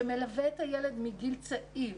שמלווה את הילד מגיל צעיר